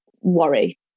worry